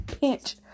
pinch